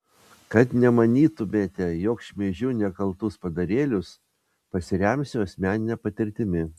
kad nemanytumėte jog šmeižiu nekaltus padarėlius pasiremsiu asmenine patirtimi